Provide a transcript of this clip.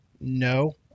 no